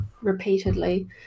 repeatedly